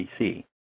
PC